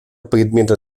предмета